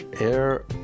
Air